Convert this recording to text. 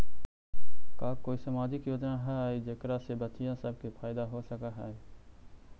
का कोई सामाजिक योजना हई जेकरा से बच्चियाँ सब के फायदा हो सक हई?